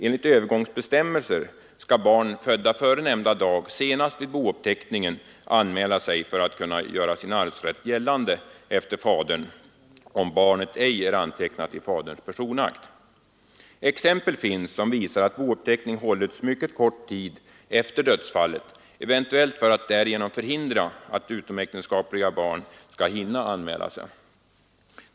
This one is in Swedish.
Enligt övergångsbestämmelserna skall barn födda före nämnda dag senast vid bouppteckningen anmäla sig för att kunna göra sin arvsrätt gällande efter fadern om barnet ej är antecknat i faderns personakt. Exempel finns som visar att bouppteckning hållits mycket kort tid efter dödsfallet, eventuellt för att därigenom förhindra att utomäktenskapliga barn skulle hinna anmäla sig.